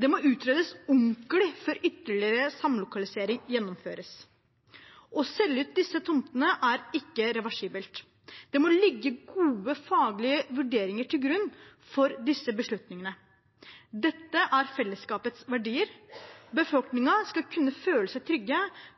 Det må utredes ordentlig før ytterligere samlokalisering gjennomføres. Å selge ut disse tomtene er ikke reversibelt. Det må ligge gode faglige vurderinger til grunn for disse beslutningene. Dette er fellesskapets verdier. Befolkningen skal kunne føle seg